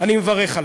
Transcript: אני מברך עליו.